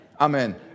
Amen